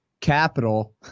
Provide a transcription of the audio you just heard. capital